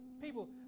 people